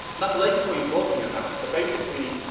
that's related to what you're talking about. so basically,